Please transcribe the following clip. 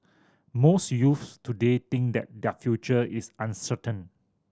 most youths today think that their future is uncertain